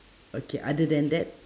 okay other than that